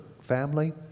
family